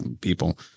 people